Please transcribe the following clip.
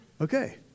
Okay